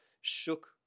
shook